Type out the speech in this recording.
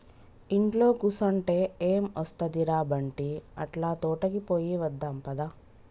ఇంట్లో కుసంటే ఎం ఒస్తది ర బంటీ, అట్లా తోటకి పోయి వద్దాం పద